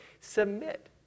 Submit